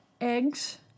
eggs